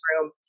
room